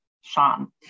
Sean